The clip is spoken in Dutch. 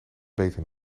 beter